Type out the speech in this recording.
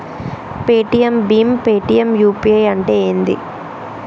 Paytm భీమ్ Paytm UPI అంటే ఏంది?